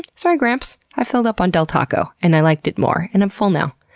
sorry gramps, i filled up on del taco and i liked it more and i'm full now.